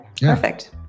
perfect